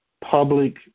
public